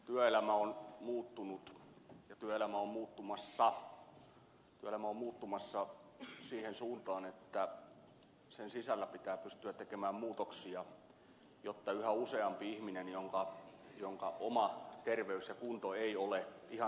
työelämä on muuttunut ja työelämä on muuttumassa siihen suuntaan että sen sisällä pitää pystyä tekemään muutoksia jotta yhä useampi ihminen jonka oma terveys ja kunto ei ole ihan sataprosenttinen pystyisi työtä tekemään